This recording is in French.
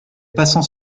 passants